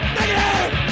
Negative